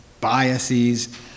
biases